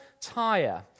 tire